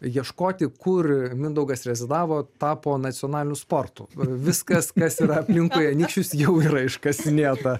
ieškoti kur mindaugas rezidavo tapo nacionaliniu sportu viskas kas yra aplinkui anykščius jau yra iškasinėta